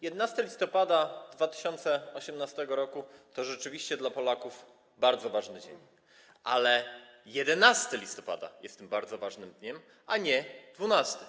11 listopada 2018 r. to rzeczywiście dla Polaków bardzo ważny dzień, ale to 11 listopada jest tym bardzo ważnym dniem, a nie 12.